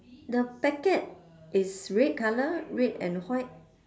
the packet is red colour red and white